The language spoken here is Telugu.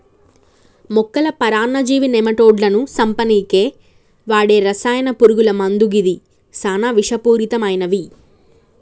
మొక్కల పరాన్నజీవి నెమటోడ్లను సంపనీకి వాడే రసాయన పురుగుల మందు గిది సానా విషపూరితమైనవి